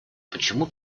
почему